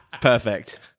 Perfect